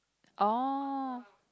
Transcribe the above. orh